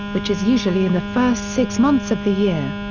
which is usually in the first six months of the year.